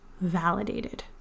validated